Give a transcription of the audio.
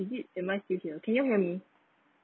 is it am I still here can you help me